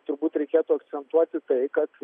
turbūt reikėtų akcentuoti tai kad